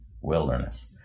wilderness